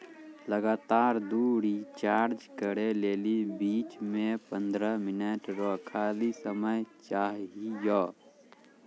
लगातार दु रिचार्ज करै लेली बीच मे पंद्रह मिनट रो खाली समय चाहियो